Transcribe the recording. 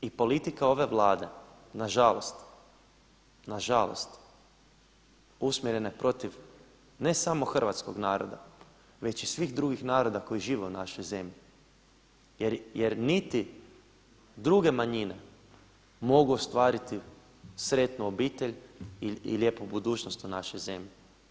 I politika ove Vlade, nažalost, nažalost usmjerene protiv ne samo hrvatskog naroda već i svih drugih naroda koji žive u našoj zemlji jer niti druge manjine mogu ostvariti sretnu obitelj i lijepu budućnost u našoj zemlji.